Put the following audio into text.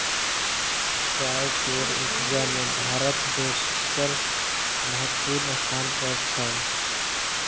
चाय केर उपजा में भारत दोसर महत्वपूर्ण स्थान पर छै